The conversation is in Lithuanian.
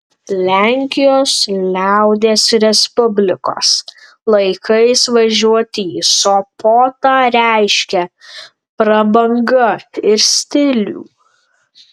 lenkijos liaudies respublikos laikais važiuoti į sopotą reiškė prabangą ir stilių